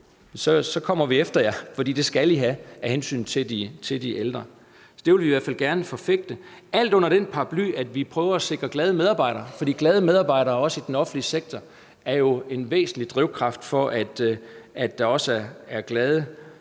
kommer vi efter jer, fordi det skal I have af hensyn til de ældre. Det vil vi i hvert fald gerne forfægte, alt under den paraply, at vi prøver at sikre glade medarbejdere, fordi glade medarbejdere også i den offentlige sektor jo er en væsentlig drivkraft, for at der også er glade